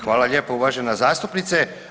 Hvala lijepa uvažena zastupnice.